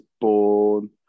born